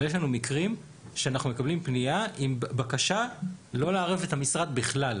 יש לנו מקרים שאנחנו מקבלים פניה עם בקשה לא לערב את המשרד בכלל.